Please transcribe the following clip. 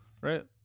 Right